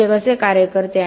आणि ते कसे कार्य करते